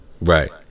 right